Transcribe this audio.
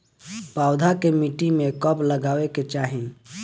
पौधा के मिट्टी में कब लगावे के चाहि?